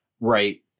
right